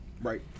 Right